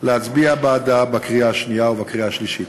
להצביע בעדה בקריאה השנייה ובקריאה השלישית.